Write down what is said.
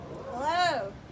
Hello